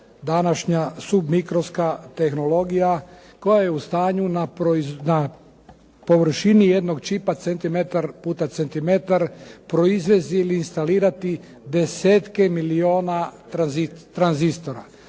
današnja submikroskopska tehnologija koja je u stanju na površini jednog čipa centimetar puta centimetar proizvesti ili instalirati desetke milijuna tranzistora.